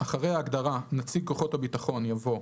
אחרי ההגדרה "נציג כוחות הביטחון" יבוא: